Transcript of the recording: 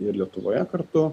ir lietuvoje kartu